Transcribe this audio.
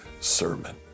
sermon